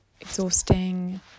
exhausting